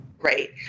right